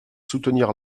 soutenir